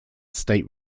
state